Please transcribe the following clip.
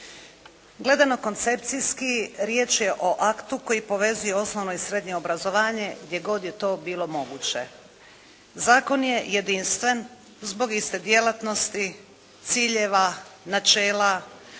Gledano koncepcijski, riječ je o aktu koji povezuje osnovno i srednje obrazovanje gdje god je to bilo moguće. Zakon je jedinstven zbog iste djelatnosti, ciljeva, načela,